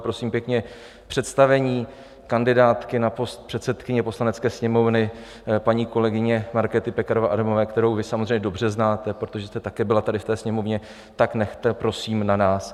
Prosím pěkně, představení kandidátky na post předsedkyně Poslanecké sněmovny, paní kolegyně Markéty Pekarové Adamové, kterou vy samozřejmě dobře znáte, protože jste také byla tady v té Sněmovně, nechte prosím na nás.